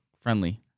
friendly